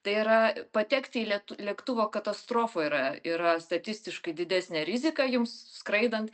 tai yra patekti į lėt lėktuvo katastrofą yra yra statistiškai didesnė rizika jums skraidant